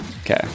okay